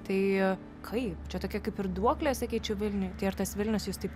tai kaip čia tokia kaip ir duoklė sakyčiau vilniui tai ar tas vilnius jus taip